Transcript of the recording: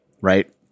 right